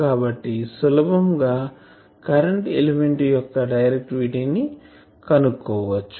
కాబట్టి సులభంగా current element యొక్క డైరెక్టివిటీ కనుక్కోవచ్చు